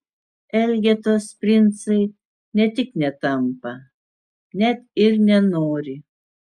elgetos princai ne tik netampa net ir nenori